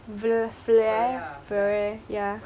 the fl~ flare flare ya